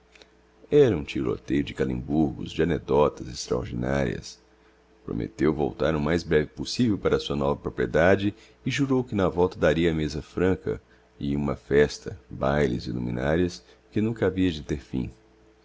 era um tiroteio de calemburgos de anecdótas extraordinarias prometeu voltar o mais breve possivel para a sua nova propriedade e jurou que na volta daria meza franca e uma festa bailes e luminarias que nunca havia de ter fim